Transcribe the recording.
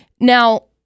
Now